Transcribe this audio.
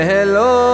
Hello